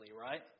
right